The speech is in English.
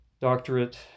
doctorate